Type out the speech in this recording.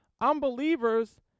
unbelievers